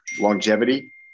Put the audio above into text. longevity